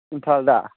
ꯏꯝꯐꯥꯜꯗ